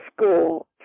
school